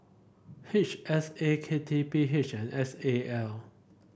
H S A K T P H and S A L